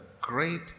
great